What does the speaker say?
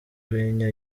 rwenya